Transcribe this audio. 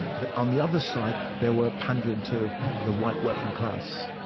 but on the other side they were pandering to the white working class,